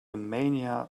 mania